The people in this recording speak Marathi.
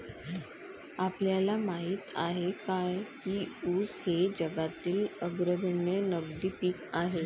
आपल्याला माहित आहे काय की ऊस हे जगातील अग्रगण्य नगदी पीक आहे?